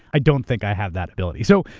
i don't think i have that ability, so.